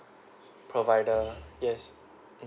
provider yes